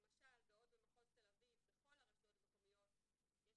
למשל, בעוד במחוז תל אביב בכל הרשויות המקומיות יש